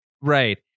Right